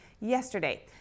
yesterday